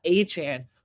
Achan